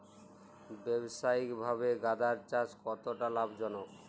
ব্যবসায়িকভাবে গাঁদার চাষ কতটা লাভজনক?